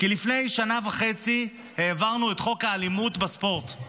כי לפני שנה וחצי העברנו את חוק האלימות בספורט.